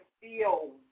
feel